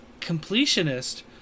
completionist